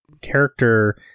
character